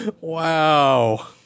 Wow